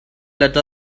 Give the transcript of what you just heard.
let